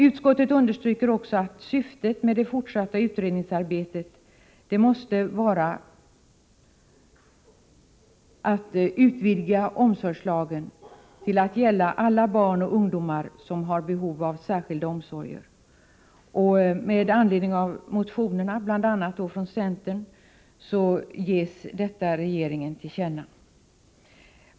Utskottet understryker att syftet med det fortsatta utredningsarbetet bör vara att utvidga omsorgslagen till att gälla alla barn och ungdomar som har behov av särskilda omsorger. Med anledning av de motioner som väckts av bl.a. centern föreslås att detta skall ges regeringen till känna.